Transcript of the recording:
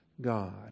God